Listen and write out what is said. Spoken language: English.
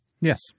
Yes